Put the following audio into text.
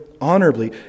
honorably